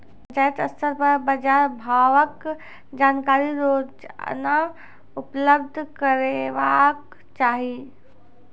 पंचायत स्तर पर बाजार भावक जानकारी रोजाना उपलब्ध करैवाक चाही?